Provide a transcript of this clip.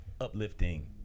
uplifting